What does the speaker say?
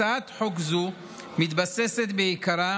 הצעת חוק זו מתבססת בעיקרה